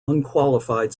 unqualified